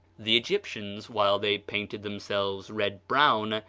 the egyptians, while they painted themselves red-brown,